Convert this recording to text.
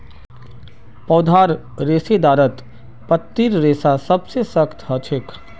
पौधार रेशेदारत पत्तीर रेशा सबसे सख्त ह छेक